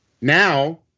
Now